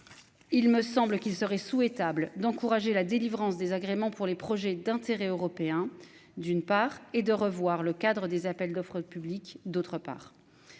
Il me semble qu'il serait souhaitable d'encourager la délivrance des agréments pour les projets d'intérêt européen d'une part et de revoir le cadre des appels d'offres publics d'autre part.